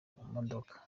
modoka